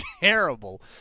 terrible